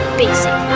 basic